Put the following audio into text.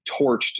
torched